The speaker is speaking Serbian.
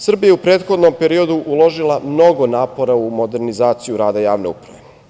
Srbija je u prethodnom periodu uložila mnogo napora u modernizaciju rada javne uprave.